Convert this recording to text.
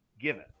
given